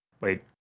Wait